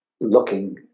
Looking